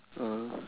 ah